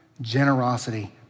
generosity